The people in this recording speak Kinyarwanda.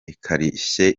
ikarishye